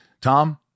Tom